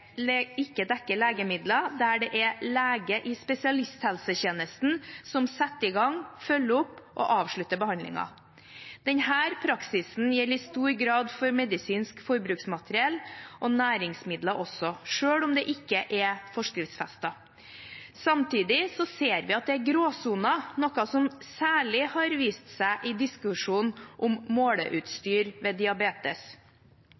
legemidler der det er lege i spesialisthelsetjenesten som setter i gang, følger opp og avslutter behandlingen. Denne praksisen gjelder i stor grad for medisinsk forbruksmateriell og næringsmidler også, selv om det ikke er forskriftsfestet. Samtidig ser vi at det er gråsoner, noe som særlig har vist seg i diskusjonen om